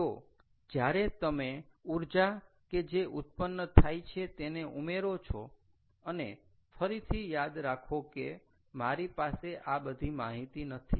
તો જ્યારે તમે ઊર્જા કે જે ઉત્પન્ન થાય છે તેને ઉમેરો છો અને ફરીથી યાદ રાખો કે મારી પાસે આ બધી માહિતી નથી